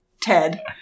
Ted